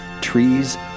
trees